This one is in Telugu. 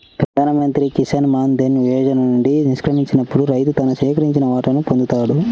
ప్రధాన్ మంత్రి కిసాన్ మాన్ ధన్ యోజన నుండి నిష్క్రమించినప్పుడు రైతు తన సేకరించిన వాటాను పొందుతాడు